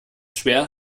schwer